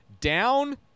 down